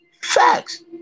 Facts